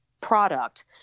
product